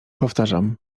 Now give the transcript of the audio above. powtarzam